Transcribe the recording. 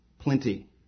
Plenty